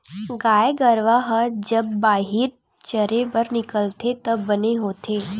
गाय गरूवा ह जब बाहिर चरे बर निकलथे त बने होथे